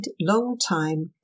long-time